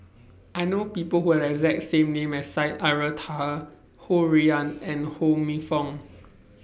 I know People Who Have The exact same name as Syed Taha Ho Rui An and Ho Minfong